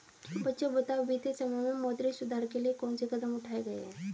बच्चों बताओ बीते समय में मौद्रिक सुधार के लिए कौन से कदम उठाऐ गए है?